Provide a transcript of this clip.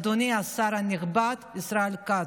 אדוני השר הנכבד ישראל כץ,